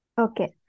Okay